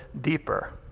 deeper